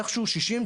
איכשהו 60,